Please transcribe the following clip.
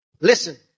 Listen